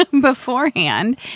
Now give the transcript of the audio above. beforehand